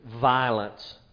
violence